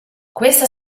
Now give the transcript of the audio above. questa